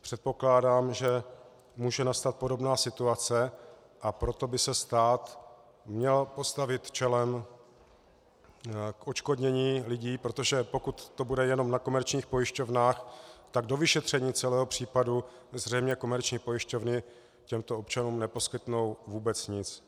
Předpokládám, že může nastat podobná situace, a proto by se stát měl postavit čelem k odškodnění lidí, protože pokud to bude jenom na komerčních pojišťovnách, tak do vyšetření celého případu zřejmě komerční pojišťovny těmto občanům neposkytnou vůbec nic.